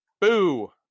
Boo